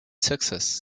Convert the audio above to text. success